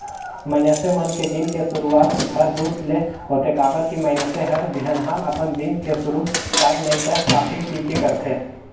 मइनसे मन के दिन के सुरूआत हर दूद ले होथे काबर की मइनसे हर बिहनहा अपन दिन के सुरू चाय नइ त कॉफी पीके करथे